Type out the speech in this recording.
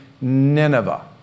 Nineveh